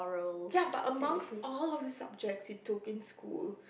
ya but amongst all of the subjects you took in school